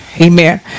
Amen